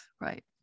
right